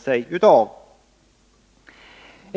agerar.